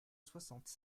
soixante